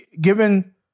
given